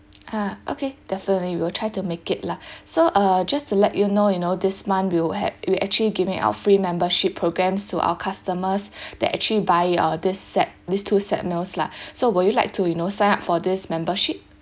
ah okay definitely we will try to make it lah so uh just to let you know you know this month we'll have we're actually giving out free membership programs to our customers that actually buy uh this set these two set meals lah so will you like to you know sign up for this membership